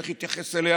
צריך להתייחס אליה